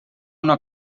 una